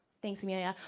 thanks amelia.